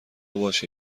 باشه